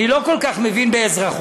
אני לא כל כך מבין באזרחות,